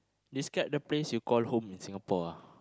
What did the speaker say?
describe the place you call home in Singapore